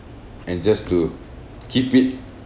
and just to keep it